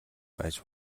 байж